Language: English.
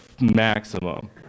maximum